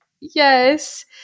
Yes